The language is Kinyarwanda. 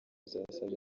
zasabye